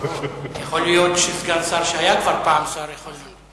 יכול להיות שסגן שר שהיה כבר פעם שר יכול להיות.